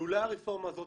לולא הרפורמה הזאת,